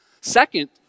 Second